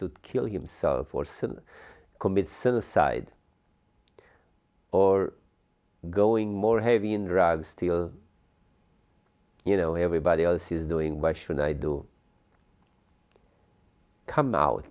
to kill himself or sin commit suicide or going more heavy in drugs still you know everybody else is doing what should i do come out